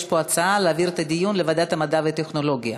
יש פה הצעה להעביר את הדיון לוועדת המדע והטכנולוגיה.